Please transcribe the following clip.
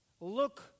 Look